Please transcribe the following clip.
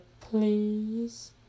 please